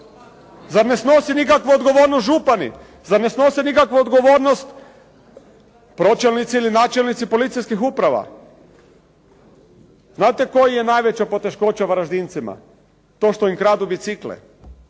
Zar ne snosi nikakvu odgovornost župani? Zar ne snose nikakvu odgovornost pročelnici ili načelnici policijskih uprava? Znate koja je najveća poteškoća Varaždincima? To što im kradu bicikle.